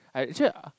I actually